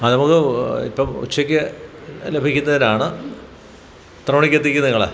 അതു നമുക്ക് ഇപ്പോള് ഉച്ചയ്ക്ക് ലഭിക്കുന്നതിനാണ് എത്രമണിക്കെത്തിക്കും നിങ്ങള്